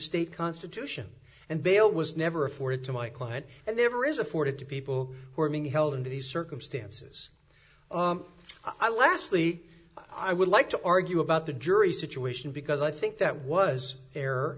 state constitution and bail was never afforded to my client and never is afforded to people who are being held under these circumstances i lastly i would like to argue about the jury situation because i think that was